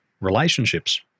relationships